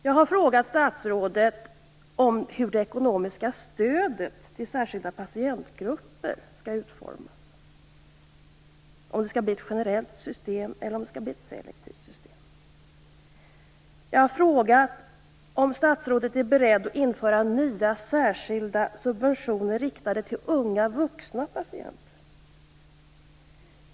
Jag har frågat statsrådet hur det ekonomiska stödet till särskilda patientgrupper skall utformas, om det skall bli ett generellt eller ett selektivt system. Jag har frågat om statsrådet är beredd att införa nya särskilda subventioner riktade till unga vuxna patienter.